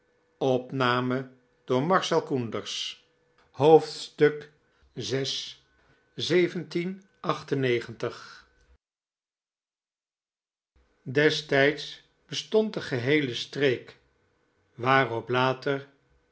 destijds bestond de geheele streek waarop later